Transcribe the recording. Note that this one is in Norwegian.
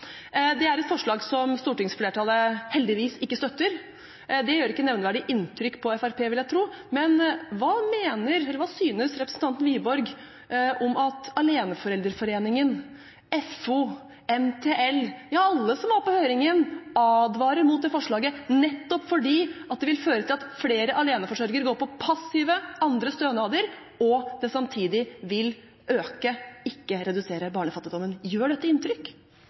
Det er et forslag som stortingsflertallet heldigvis ikke støtter. Jeg vil tro at det ikke gjør nevneverdig inntrykk på Fremskrittspartiet, men hva synes representanten Wiborg om at Aleneforeldreforeningen, FO, NTL – alle som var på høringen – advarer mot det forslaget, nettopp fordi det vil føre til at flere aleneforsørgere går på andre, passive stønader og det samtidig vil øke, ikke redusere, barnefattigdommen. Gjør dette inntrykk?